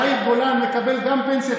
יאיר גולן מקבל גם פנסיה תקציבית.